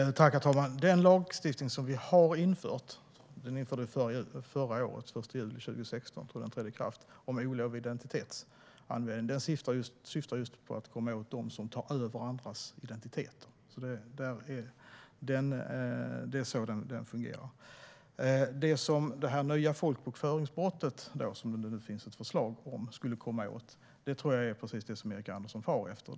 Herr talman! Vi införde en lagstiftning om olovlig identitetsanvändning förra året. Jag tror att den trädde i kraft den 1 juli 2016. Den syftar just på att komma åt dem som tar över andras identiteter. Det är så den fungerar. Det som det nya folkbokföringsbrottet som det nu finns ett förslag om skulle komma åt tror jag är precis det som Erik Andersson far efter.